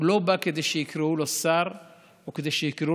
הוא לא בא כדי שיקראו לו שר או כדי שיקראו